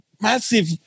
massive